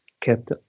kept